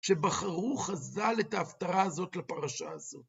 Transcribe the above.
שבחרו חז"ל את ההפטרה הזאת לפרשה הזאת.